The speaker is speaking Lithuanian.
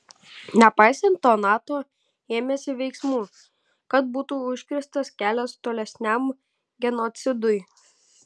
nepaisant to nato ėmėsi veiksmų kad būtų užkirstas kelias tolesniam genocidui